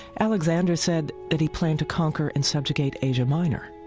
alexander said that he planned to conquer and subjugate asia minor.